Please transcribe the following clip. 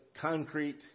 concrete